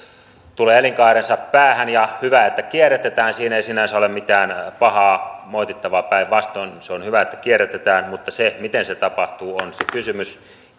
tulee elinkaarensa päähän hyvä että kierrätetään siinä ei sinänsä ole mitään pahaa tai moitittavaa päinvastoin se on hyvä että kierrätetään mutta se miten se tapahtuu on se kysymys